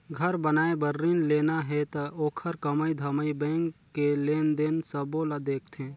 घर बनाए बर रिन लेना हे त ओखर कमई धमई बैंक के लेन देन सबो ल देखथें